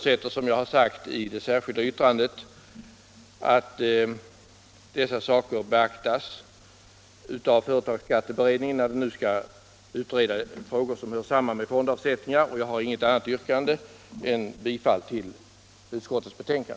Som jag har sagt i det särskilda yttrandet förutsätter jag att dessa saker beaktas av företagsskatteberedningen, när den nu skall utreda frågor som hör samman med fondavsättningar, och jag har inget annat yrkande än om bifall till utskottets hemställan.